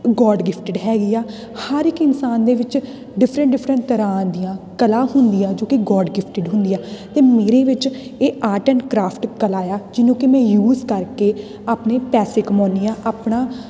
God gifted ਹੈਗੀ ਆ ਹਰ ਇੱਕ ਇਨਸਾਨ ਦੇ ਵਿੱਚ ਡਿਫਰੈਂਟ ਡਿਫਰੈਂਟ ਤਰ੍ਹਾਂ ਦੀਆਂ ਕਲਾ ਹੁੰਦੀਆਂ ਜੋ ਕਿ ਗੋਡ ਗਿਫਟਿਡ ਹੁੰਦੀ ਆ ਅਤੇ ਮੇਰੇ ਵਿੱਚ ਇਹ ਆਰਟ ਐਂਡ ਕਰਾਫਟ ਕਲਾ ਆ ਜਿਹਨੂੰ ਕਿ ਮੈਂ ਯੂਜ ਕਰਕੇ ਆਪਣੇ ਪੈਸੇ ਕਮਾਉਂਦੀ ਹਾਂ ਆਪਣਾ